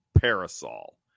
parasol